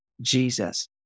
Jesus